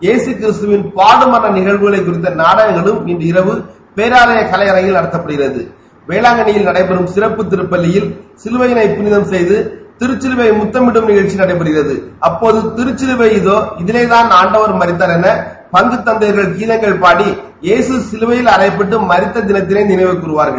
ஏசு கிறிஸ்துவனின் பாடு மாண நிகழ்வுகளை குறித்து நாடகங்களும் இன்று பேராலய கலையரங்கில் நடத்தப்படுகிறது வேளாங்கண்ணியில் நடைபறம் சிறப்பு திருப்பலியில் சிலுவையினை புனிதம் செய்து திருச்சிலுவை முத்தமிடும் நிகழ்ச்சி நடைபெறுகிறது அப்போது திருச்சிலுவை இதோ இதிலேதான் ஆண்டவர் மறித்தார் என பங்கு தந்தையர்கள் கீதங்கள் பாடி ஏக சிலுவையில் அறையப்பட்டு மரித்த தினத்தினை நினைவு கூறவார்கள்